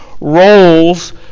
roles